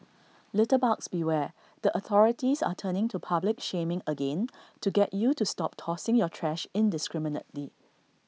litterbugs beware the authorities are turning to public shaming again to get you to stop tossing your trash indiscriminately